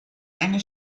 eine